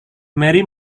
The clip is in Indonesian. mary